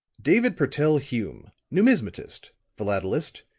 david purtell hume, numismatist, philatelist,